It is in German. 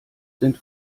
sind